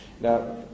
Now